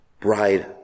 bride